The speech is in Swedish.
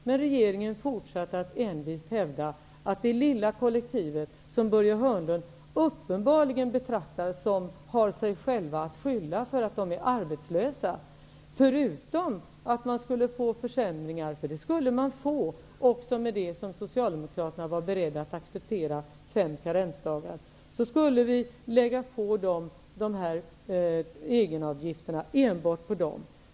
Men regeringen fortsatte att envist hävda att det lilla kollektivet -- de som Börje Hörnlund uppenbarligen anser har sig själva att skylla för att de är arbetslösa -- förutom att de skulle få de försämringar genom fem karensdagar som Socialdemokraterna också var beredda att acceptera, skulle påläggas dessa egenavgifter.